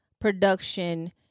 Production